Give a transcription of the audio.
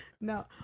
No